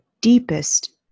deepest